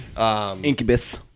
Incubus